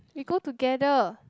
we go together